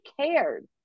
cared